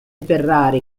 ferrari